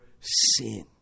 sin